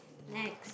next